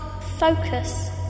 focus